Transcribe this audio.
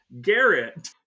Garrett